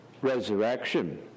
resurrection